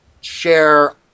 share